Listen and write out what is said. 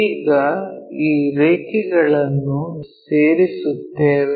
ಈಗ ಈ ರೇಖೆಗಳನ್ನು ಸೇರಿಸುತ್ತೇವೆ